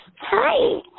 Hi